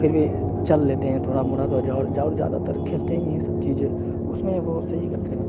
پھر بھی چل لیتے ہیں تھوڑا موڑا تو جا جادہ تر کھیلتے ہی ہیں یہ سب چیزیں اس میں وہ صحیح کرتے ہیں